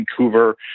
Vancouver